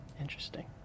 Interesting